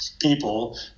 people